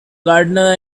gardener